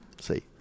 See